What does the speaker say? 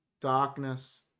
Darkness